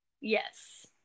Yes